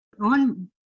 on